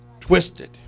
twisted